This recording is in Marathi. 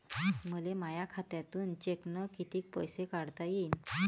मले माया खात्यातून चेकनं कितीक पैसे काढता येईन?